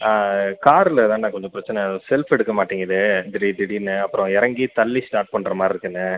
காரில்தாண்ண கொஞ்சம் பிரச்சனை செல்ஃப் எடுக்க மாட்டேங்கிது திடீர் திடீர்னு அப்புறம் இறங்கி தள்ளி ஸ்டார்ட் பண்ணுற மாதிரி இருக்குண்ணே